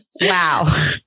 Wow